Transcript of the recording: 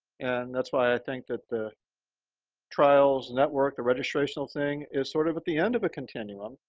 and that's why i think that the trials network, the registrational thing, is sort of at the end of the continuum.